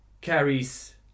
carries